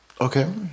Okay